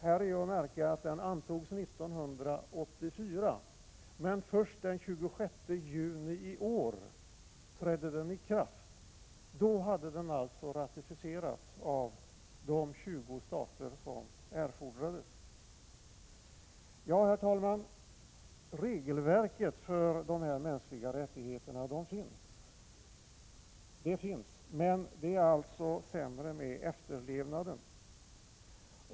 Här är att märka att den antogs 1984, men först den 26 juni i år trädde den i kraft. Då hade den ratificerats av de 20 stater som erfordras. Ja, herr talman, regelverket för de mänskliga rättigheterna finns. Det är sämre med efterlevnaden.